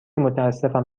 متاسفم